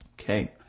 Okay